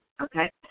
okay